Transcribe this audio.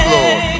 Lord